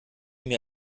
mir